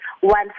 one